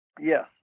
yes